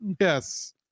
Yes